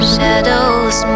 Shadows